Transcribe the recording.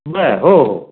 बरं हो हो